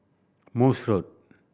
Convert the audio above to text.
Morse Road